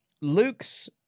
Luke's